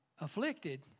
afflicted